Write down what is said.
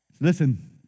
Listen